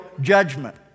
judgment